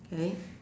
hey